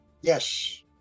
Yes